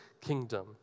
kingdom